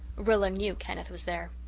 rilla knew kenneth was there.